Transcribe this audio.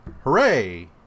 Hooray